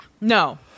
No